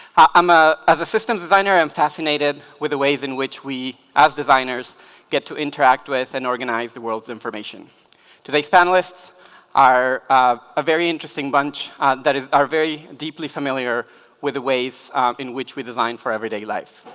i'm ah a systems designer i'm fascinated with the ways in which we as designers get to interact with and organize the world's information do they expand lists are a very interesting bunch that is are very deeply familiar with the ways in which we design for everyday life